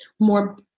more